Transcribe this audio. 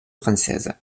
française